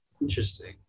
Interesting